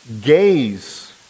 gaze